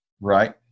Right